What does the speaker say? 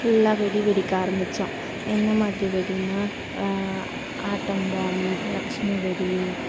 ஃபுல்லாக வெடி வெடிக்க ஆரம்பித்தோம் என்ன மாதிரி வெடினா ஆட்டம் பாம் லக்ஷ்மி வெடி